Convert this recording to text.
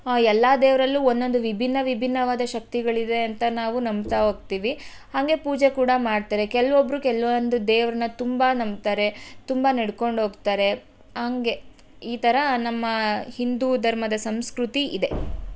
ಎಲ್ಲ ದೇವರಲ್ಲು ಒಂದೊಂದು ವಿಭಿನ್ನ ವಿಭಿನ್ನವಾದ ಶಕ್ತಿಗಳಿವೆ ಅಂತ ನಾವು ನಂಬ್ತಾ ಹೋಗ್ತೀವಿ ಹಾಗೆ ಪೂಜೆ ಕೂಡ ಮಾಡ್ತಾರೆ ಕೆಲವೊಬ್ಬ್ರು ಕೆಲ್ವೊಂದು ದೇವರನ್ನ ತುಂಬ ನಂಬ್ತಾರೆ ತುಂಬ ನಡ್ಕೊಂಡು ಹೋಗ್ತಾರೆ ಹಾಗೆ ಈ ಥರ ನಮ್ಮ ಹಿಂದೂ ಧರ್ಮದ ಸಂಸ್ಕೃತಿ ಇದೆ